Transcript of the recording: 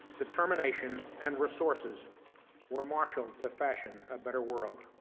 determination, and resources were marshaled to fashion a better world.